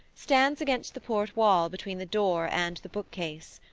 stands against the port wall between the door and the bookcase.